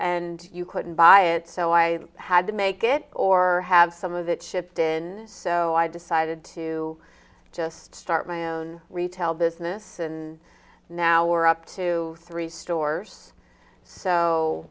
and you couldn't buy it so i had to make it or have some of it shipped in so i decided to just start my own retail business and now we're up to three stores so